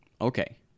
Okay